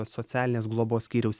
socialinės globos skyriaus